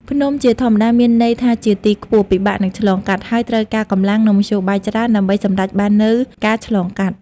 ភ្នំជាធម្មតាមានន័យថាជាទីខ្ពស់ ពិបាកនឹងឆ្លងកាត់ ហើយត្រូវការកម្លាំង និងមធ្យោបាយច្រើនដើម្បីសម្រេចបាននូវការឆ្លងកាត់។